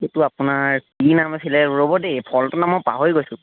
এইটো আপোনাৰ কি নাম আছিলে ৰ'ব দেই ফলটোৰ নাম মই পাহৰি গৈছোঁ